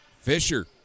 Fisher